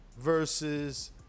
versus